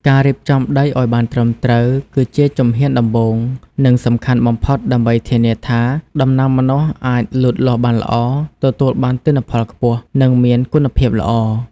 ការរៀបចំដីឱ្យបានត្រឹមត្រូវ គឺជាជំហានដំបូង និងសំខាន់បំផុតដើម្បីធានាថាដំណាំម្នាស់អាចលូតលាស់បានល្អ ទទួលបានទិន្នផលខ្ពស់ និងមានគុណភាពល្អ។